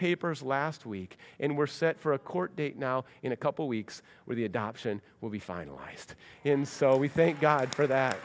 papers last week and we're set for a court date now in a couple weeks where the adoption will be finalized in so we thank god for that